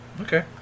Okay